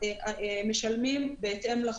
משלמים בהתאם לחוק.